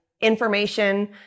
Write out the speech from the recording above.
information